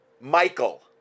Michael